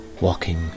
walking